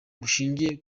bushingiye